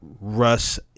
Russ